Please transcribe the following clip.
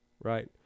right